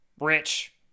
rich